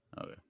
Okay